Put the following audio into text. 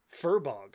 furbog